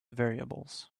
variables